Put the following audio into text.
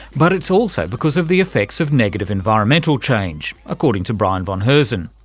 but it's also because of the effects of negative environmental change, according to brian von herzen.